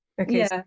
Okay